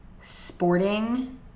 sporting